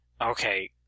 Okay